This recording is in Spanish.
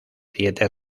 siete